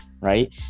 right